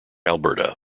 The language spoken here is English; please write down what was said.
alberta